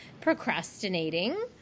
procrastinating